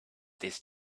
this